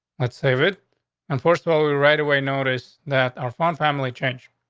let's save it and forced but we right away. notice that are fun. family changed.